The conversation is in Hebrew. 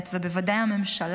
ובוודאי הממשלה,